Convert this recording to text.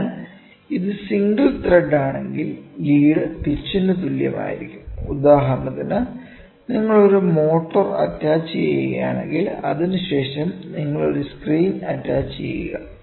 അതിനാൽ ഇത് സിംഗിൾ ത്രെഡാണെങ്കിൽ ലീഡ് പിച്ചിന് തുല്യമായിരിക്കും ഉദാഹരണത്തിന് നിങ്ങൾ ഒരു മോട്ടോർ അറ്റാച്ചുചെയ്യുകയാണെങ്കിൽ അതിനുശേഷം നിങ്ങൾ ഒരു സ്ക്രൂ അറ്റാച്ചുചെയ്യുക